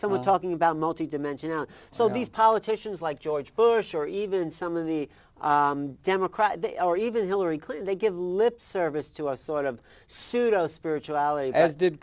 someone talking about multi dimensional so these politicians like george bush or even some of the democrats or even hillary clinton they give lip service to our sort of pseudo spirituality as did